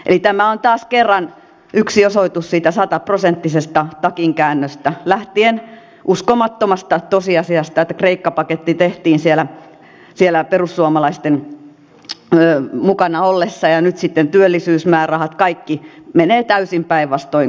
eli tämä on taas kerran yksi osoitus siitä sataprosenttisesta takinkäännöstä lähtien uskomattomasta tosiasiasta että kreikka paketti tehtiin siellä perussuomalaisten mukana ollessa ja nyt sitten työllisyysmäärärahat kaikki menevät täysin päinvastoin kuin puhuttiin